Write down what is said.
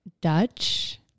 Dutch